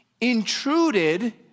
intruded